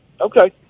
Okay